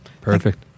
Perfect